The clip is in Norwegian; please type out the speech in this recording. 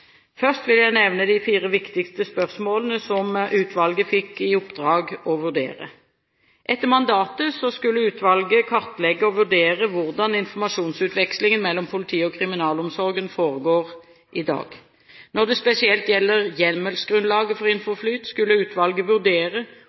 Først vil jeg nevne de fire viktigste spørsmålene som utvalget fikk i oppdrag å vurdere: Etter mandatet skulle utvalget kartlegge og vurdere hvordan informasjonsutvekslingen mellom politiet og kriminalomsorgen foregår i dag. Når det spesielt gjelder hjemmelsgrunnlaget for INFOFLYT, skulle utvalget vurdere